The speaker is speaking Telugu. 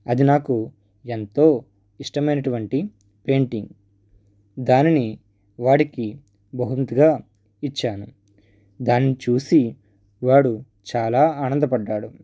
అది నాకు ఎంతో ఇష్టమైనటువంటి పెయింటింగ్ దానిని వాడికి బహుమతిగా ఇచ్చాను దాన్ని చూసి వాడు చాలా ఆనందపడ్డాడు